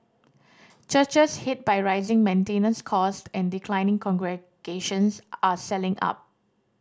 churches hit by rising maintenance cost and declining congregations are selling up